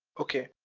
okay.